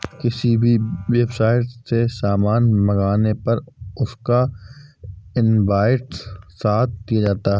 किसी भी वेबसाईट से सामान मंगाने पर उसका इन्वॉइस साथ दिया जाता है